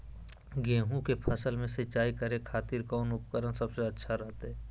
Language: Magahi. गेहूं के फसल में सिंचाई करे खातिर कौन उपकरण सबसे अच्छा रहतय?